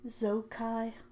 Zokai